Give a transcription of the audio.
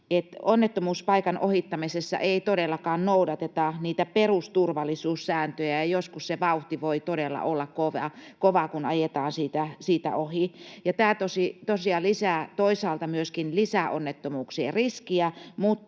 onnettomuuspaikan ohittamisessa ei todellakaan noudateta niitä perusturvallisuussääntöjä, ja joskus se vauhti voi todella olla kova, kun ajetaan siitä ohi. Tämä tosiaan toisaalta myöskin lisää onnettomuuksien riskiä,